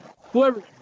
Whoever